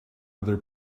other